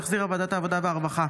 שהחזירה ועדת העבודה והרווחה.